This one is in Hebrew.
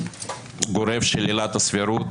גורף של עילת הסבירות,